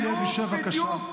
החיילים שלנו.